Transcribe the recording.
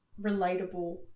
relatable